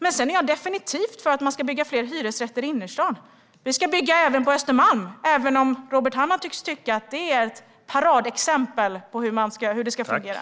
Men sedan är jag definitivt för att man ska bygga fler hyresrätter i innerstan. Det ska byggas också på Östermalm, även om Robert Hannah verkar tycka att det är ett paradexempel på hur det ska fungera.